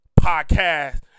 podcast